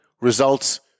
results